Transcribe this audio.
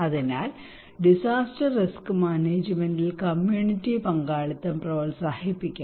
അതിനാൽ disaster risk മാനേജ്മെന്റിൽ community പങ്കാളിത്തം പ്രോത്സാഹിപ്പിക്കണം